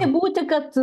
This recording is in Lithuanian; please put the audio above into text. nebūti kad